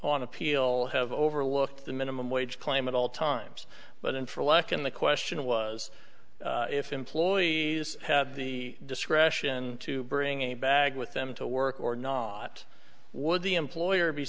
on appeal have overlooked the minimum wage claim at all times but in for a lack in the question was if employees had the discretion to bring a bag with them to work or not would the employer be